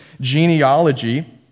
genealogy